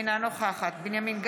אינה נוכחת בנימין גנץ,